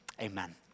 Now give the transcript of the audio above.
Amen